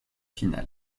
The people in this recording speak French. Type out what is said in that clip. finale